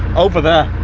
over there.